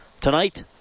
tonight